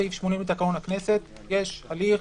לתקנון הכנסת יש הליך